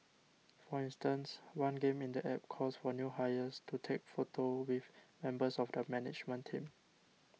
for instances one game in the App calls for new hires to take photos with members of the management team